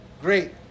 Great